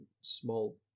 small